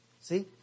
See